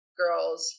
girls